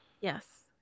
yes